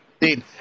Indeed